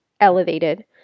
elevated